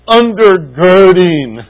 undergirding